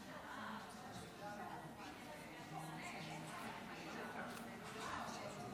ותעבור לדיון בוועדת החוץ והביטחון לצורך הכנתה לקריאה ראשונה.